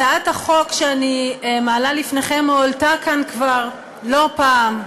הצעת החוק שאני מעלה לפניכם הועלתה כאן כבר לא פעם,